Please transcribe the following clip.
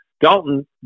Dalton